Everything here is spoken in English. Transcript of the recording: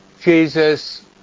Jesus